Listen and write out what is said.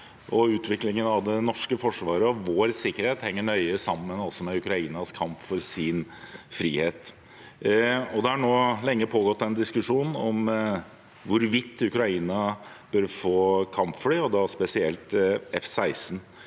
Utviklingen av det norske forsvaret og vår sikkerhet henger nøye sammen med Ukrainas kamp for sin frihet. Det har lenge pågått en diskusjon om hvorvidt Ukraina bør få kampfly – og da spesielt F-16.